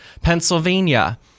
Pennsylvania